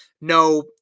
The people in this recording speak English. no